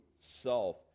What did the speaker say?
self